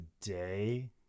today